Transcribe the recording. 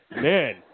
man